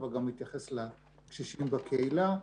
אבל גם נתייחס לקשישים בקהילה.